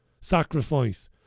sacrifice